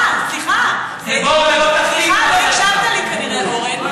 סליחה, לא הקשבת לי, כנראה, אורן.